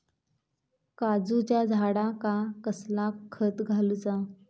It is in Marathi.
काजूच्या झाडांका कसला खत घालूचा?